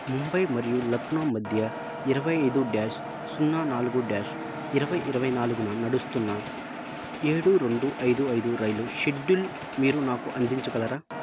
ముంబై మరియు లక్నో మధ్య ఇరవై ఐదు డ్యాష్ సున్నా నాలుగు డ్యాష్ ఇరవై ఇరవై నాలుగున నడుస్తున్న ఏడు రెండు ఐదు ఐదు రైలు షెడ్యూల్ మీరు నాకు అందించగలరా